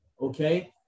Okay